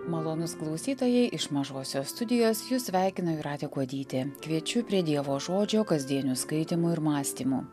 malonūs klausytojai iš mažosios studijos jus sveikina jūratė kuodytė kviečiu prie dievo žodžio kasdienių skaitymų ir mąstymų